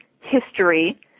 history